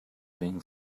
being